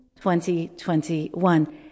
2021